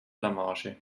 blamage